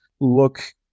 look